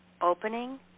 opening